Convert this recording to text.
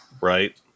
Right